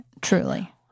Truly